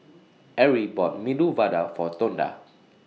Arie bought Medu Vada For Tonda